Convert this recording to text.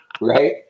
Right